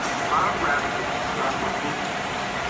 the bottom graphic is a stock recruitment curve.